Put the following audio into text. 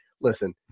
listen